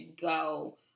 go